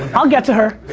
i'll get to her.